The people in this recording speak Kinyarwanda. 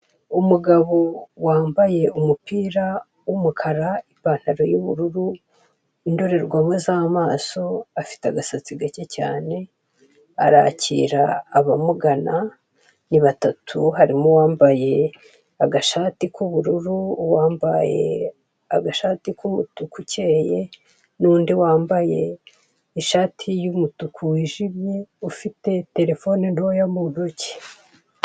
Umugabo wambaye umupira w'umukara, ipantaro y'ubururu, indorerwamo z'amazo, afite agasatsi gake cyane, arakira abamugana, ni batatu, harimo uwambaye agashati k'ubururu, uwambaye agashati k'umutuku ukeye, n'undi wambaye ishati y'umutuku wijimye ufite telefone ntoya mu ntoki.